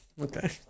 Okay